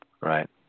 Right